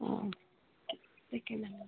ହଁ ଟିକେ ନାଗୁରୁ